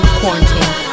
quarantine